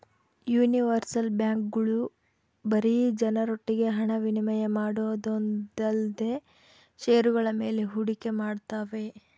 universal ಬ್ಯಾಂಕ್ಗಳು ಬರೀ ಜನರೊಟ್ಟಿಗೆ ಹಣ ವಿನಿಮಯ ಮಾಡೋದೊಂದೇಲ್ದೆ ಷೇರುಗಳ ಮೇಲೆ ಹೂಡಿಕೆ ಮಾಡ್ತಾವೆ